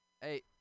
Hey